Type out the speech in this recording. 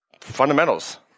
fundamentals